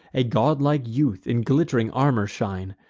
a godlike youth in glitt'ring armor shine,